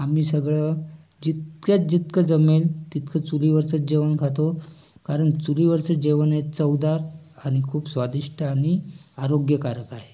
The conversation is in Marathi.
आम्ही सगळं जितक्यात जितकं जमेल तितकं चुलीवरचं जेवण खातो कारण चुलीवरचं जेवण हे चवदार आणि खूप स्वादिष्ट आणि आरोग्यकारक आहे